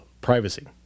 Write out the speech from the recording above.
privacy